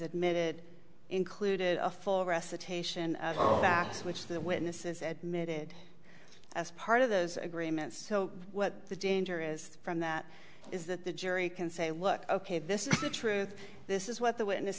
admitted included a four recitation of facts which the witnesses at mid as part of the agreement so what the danger is from that is that the jury can say look ok this is the truth this is what the witness